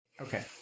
Okay